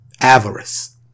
Avarice